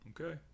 Okay